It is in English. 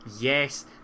Yes